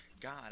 God